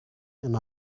and